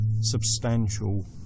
substantial